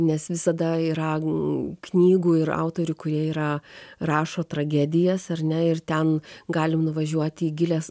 nes visada yra knygų ir autorių kurie yra rašo tragedijas ar ne ir ten galim nuvažiuoti į gilias